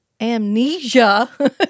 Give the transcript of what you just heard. amnesia